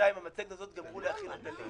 שניים, את המצגת הזאת גמרו להכין אותה לי